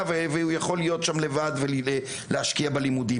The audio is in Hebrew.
והוא יכול להיות שם לבד ולהשקיע בלימודים.